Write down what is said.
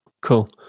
Cool